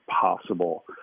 possible